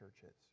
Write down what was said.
churches